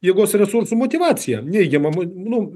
jėgos resursu motyvaciją neigiama mo nu